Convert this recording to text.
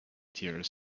tears